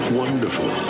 wonderful